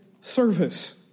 service